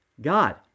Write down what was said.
God